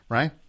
Right